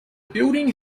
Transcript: building